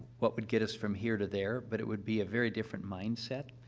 what would get us from here to there, but it would be a very different mindset,